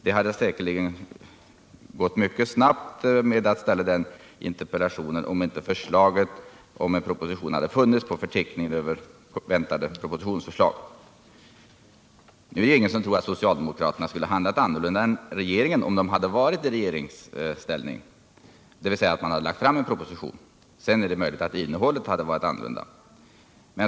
Det hade säkerligen = Svealand och gått mycket snabbt att ställa den interpellationen om propositionen inte - Norrland hade funnits med på förteckningen över väntade propositioner. Nu är det ingen som tror att socialdemokraterna hade handlat annorlunda än regeringen om de varit i regeringsställning — de hade också lagt fram en proposition. Men det är möjligt att innehållet hade varit annorlunda.